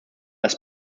das